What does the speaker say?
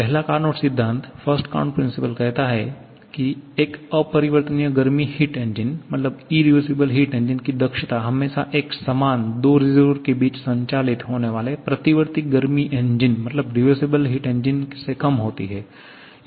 पहला कार्नोट सिद्धांत कहता है कि एक अपरिवर्तनीय गर्मी इंजन की दक्षता हमेशा एक सामान दो रिसर्वोयर के बीच संचालित होने वाले प्रतिवर्ती गर्मी इंजन से कम होती है